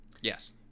yes